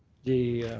the